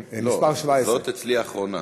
מס' 17. זאת אצלי אחרונה.